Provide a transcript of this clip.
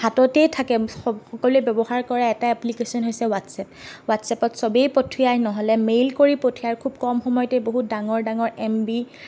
হাততেই থাকে সকলোৱে ব্যৱহাৰ কৰা এটা এপ্লিকেচন হৈছে হোৱাটছএপ হোৱাটছএপত চবেই পঠিয়াই নহ'লে মেইল কৰি পঠিয়াই খুব কম সময়তে বহুত ডাঙৰ ডাঙৰ এম বি